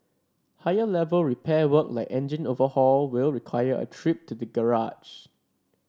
higher level repair work like engine overhaul will require a trip to the garage